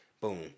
Boom